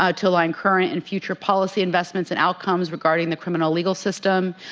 ah to align current and future policy investments and outcomes regarding the criminal legal system,